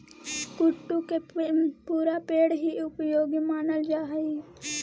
कुट्टू के पुरा पेड़ हीं उपयोगी मानल जा हई